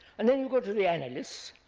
and then you go to the analysts,